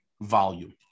volume